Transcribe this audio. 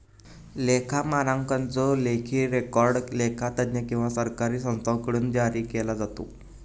लेखा मानकांचो लेखी रेकॉर्ड लेखा तज्ञ किंवा सरकारी संस्थांकडुन जारी केलो जाता